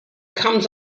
comes